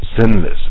sinless